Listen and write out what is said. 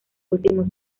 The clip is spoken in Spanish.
últimos